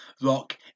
rock